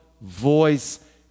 voice